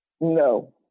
No